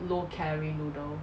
low calorie noodle